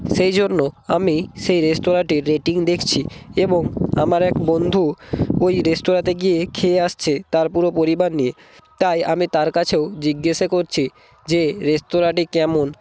সেই জন্য আমি সেই রেস্তরাঁটির রেটিং দেখছি এবং আমার এক বন্ধু ওই রেস্তরাঁতে গিয়ে খেয়ে আসছে তার পুরো পরিবার নিয়ে তাই আমি তার কাছেও জিজ্ঞাসা করছি যে রেস্তরাঁটি কেমন